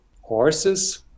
horses